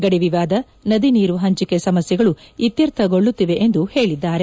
ಗಡಿ ವಿವಾದ ನದಿನೀರು ಪಂಚಿಕೆ ಸಮಸ್ಕೆಗಳು ಇತ್ಯರ್ಥಗೊಳ್ಳುತ್ತಿವೆ ಎಂದು ಹೇಳಿದ್ದಾರೆ